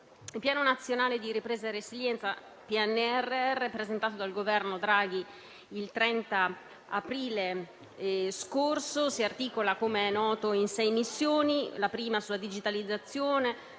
Il Piano nazionale di ripresa e resilienza (PNRR), presentato dal Governo Draghi il 30 aprile scorso, si articola, come è noto, in sei missioni: digitalizzazione,